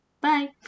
Bye